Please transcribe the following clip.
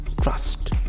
trust